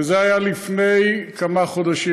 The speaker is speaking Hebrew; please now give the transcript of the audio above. וזה היה לפני כמה חודשים.